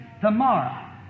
tomorrow